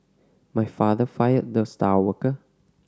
my father fired the star worker